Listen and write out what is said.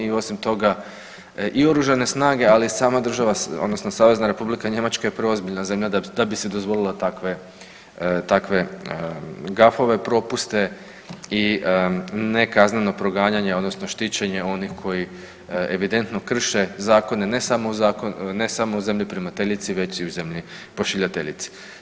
I osim toga i oružane snage, ali i sama država odnosno Savezna Republika Njemačka je preozbiljna da bi si dozvolila takve gafove, propuste i ne kazneno proganjanje odnosno štićenje onih koji evidentno krše zakone ne samo u zemlji primateljici, već i u zemlji pošiljateljici.